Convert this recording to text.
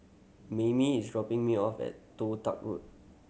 Mayme is dropping me off at Toh Tuck Road